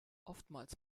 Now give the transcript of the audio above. oftmals